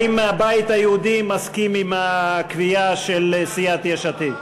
האם הבית היהודי מסכים עם הקביעה של סיעת יש עתיד?